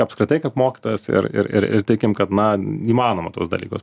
apskritai kaip mokytojas ir ir ir tikim kad na įmanoma tuos dalykus